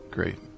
Great